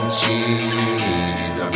cheese